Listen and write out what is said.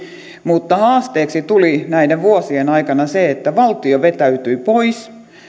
mutta haasteeksi tuli näiden vuosien aikana se että valtio vetäytyi pois